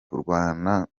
kurwana